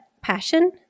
passion